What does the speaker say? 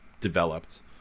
developed